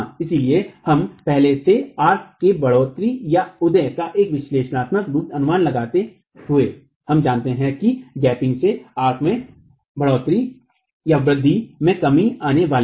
इसलिए हम पहले थे आर्क के बढ़ोतरीउदय का एक विश्लेषणात्मक अनुमान लगाते हुए हम जानते हैं कि गैपिंग से आर्क के बढ़ोतरीउदय में कमी आने वाली है